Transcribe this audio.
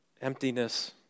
emptiness